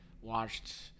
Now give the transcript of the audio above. watched